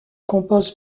compose